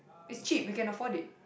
it's cheap you can afford it